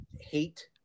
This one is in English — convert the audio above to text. hate